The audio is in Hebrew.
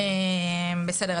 בסדר,